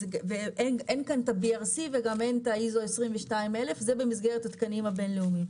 אין כאן את ה-BRC וגם אין את ה-ISO 22000 זה במסגרת התקנים הבינלאומיים,